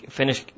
finish